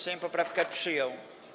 Sejm poprawkę przyjął.